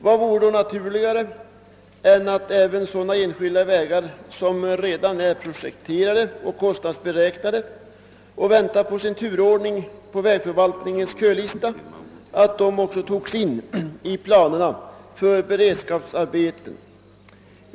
Vad vore då naturligare än att även sådana enskilda vägar, som redan är projekterade och kostnadsberäknade och som väntar på sin turordning på vägförvaltningens kölista, toges in i planerna för beredskapsarbeten?